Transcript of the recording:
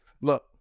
Look